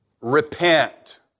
Repent